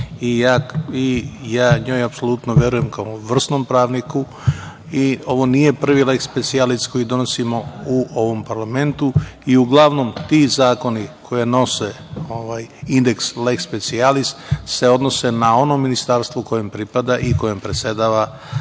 i ja njoj apsolutno verujem kao vrsnom pravniku. Ovo nije prvi leks specijalis koji donosimo u ovom parlamentu. Uglavnom ti zakoni koji nose indeks leks specijalis se odnose na ono ministarstvo kojem pripada i kojem predsedava